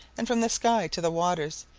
and from the sky to the waters,